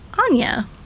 anya